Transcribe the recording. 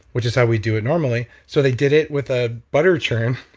which is how we do it normally, so they did it with a butter churn